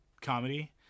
comedy